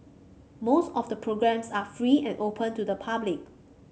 most of the programmes are free and open to the public